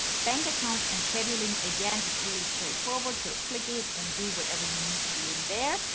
bank accounts and scheduling, again, it's really straightforward so click it and do whatever you need to do in there.